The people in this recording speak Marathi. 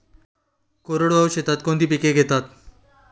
कोरडवाहू शेतीत कोणती पिके घेतात?